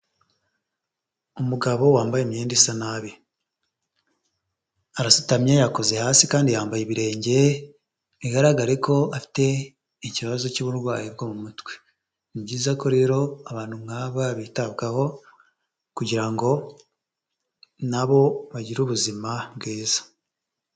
Umugabo wambaye imyenda isa nabi, arasutamye akoze hasi kandi yambaye ibirenge, bigaragare ko afite ikibazo cy'uburwayi bwo mu mutwe, ni byiza ko rero abantu nk'aba bitabwaho kugira ngo na bo bagire ubuzima bwiza.